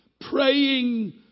praying